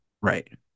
Right